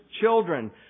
children